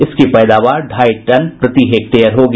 इसकी पैदावार ढ़ाई टन प्रति हेक्टेयर होगी